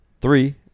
Three